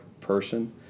person